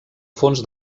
fons